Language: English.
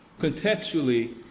contextually